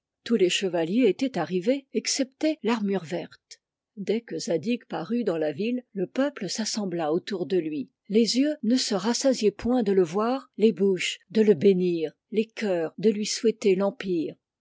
tous les chevaliers étaient arrivés excepté l'armure verte dès que zadig parut dans la ville le peuple s'assembla autour de lui les yeux ne se rassasiaient point de le voir les bouches de le bénir les coeurs de lui souhaiter l'empire